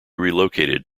relocated